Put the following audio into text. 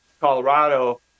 Colorado